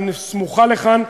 היא סמוכה לכאן,